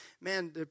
man